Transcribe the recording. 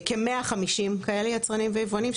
כ-150 כאלה יצרנים ויבואנים,